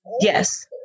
Yes